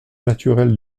naturelle